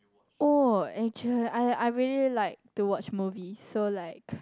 oh actual I I really like to watch movie so like